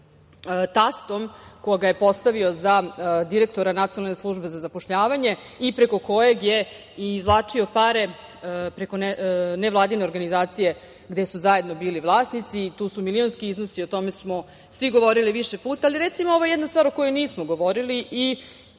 svojim tastom, koga je postavio za direktora Nacionalne službe za zapošljavanje i preko kojeg je i izvlačio pare, preko nevladine organizacije gde su zajedno bili vlasnici? Tu su milionski iznosi. O tome smo svi govorili više puta. Recimo, ovo je jedna stvar o kojoj nismo govorili.